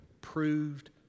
proved